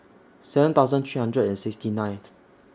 seven thousand three hundred and sixty ninth